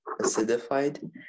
acidified